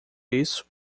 isso